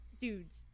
dudes